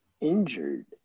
injured